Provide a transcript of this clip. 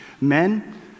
Men